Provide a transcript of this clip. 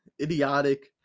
idiotic